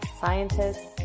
scientists